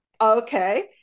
Okay